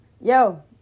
yo